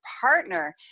partner